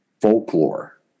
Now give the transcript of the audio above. folklore